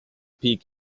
peak